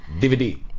DVD